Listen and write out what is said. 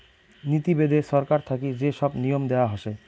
নীতি বেদে ছরকার থাকি যে সব নিয়ম দেয়া হসে